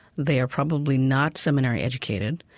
they are probably not seminary educated.